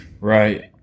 Right